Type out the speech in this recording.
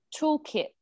toolkit